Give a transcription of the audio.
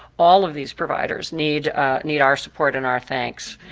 all of these providers need need our support and our thanks.